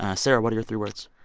ah sarah, what are your three words?